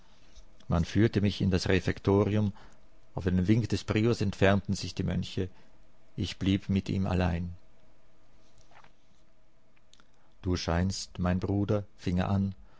man führte mich in das refektorium auf einen wink des priors entfernten sich die mönche ich blieb mit ihm allein du scheinst mein bruder fing er an